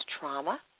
trauma